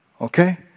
okay